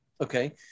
Okay